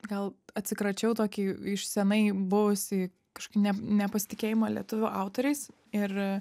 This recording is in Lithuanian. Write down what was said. gal atsikračiau tokį iš senai buvusį kažkokį ne nepasitikėjimą lietuvių autoriais ir